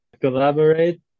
collaborate